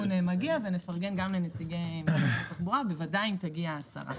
אנחנו רואים את החממות הולכות ומתפתחות,